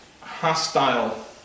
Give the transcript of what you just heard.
hostile